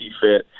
fit